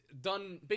done